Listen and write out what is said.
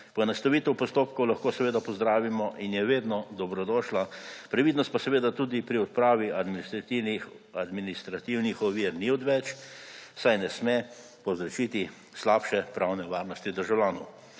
Poenostavitev postopkov lahko seveda pozdravimo in je vedno dobrodošla, previdnost pa seveda tudi pri odpravi administrativnih ovir ni odveč, saj ne sme povzročiti slabše pravne varnosti državljanov.